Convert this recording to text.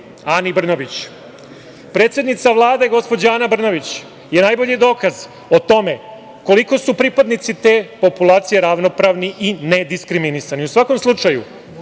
Ani Brnabić? Predsednica Vlade, gospođa Ana Brnabić je najbolji dokaz o tome koliko su pripadnici te populacije ravnopravni i ne diskriminisani. U svakom slučaju,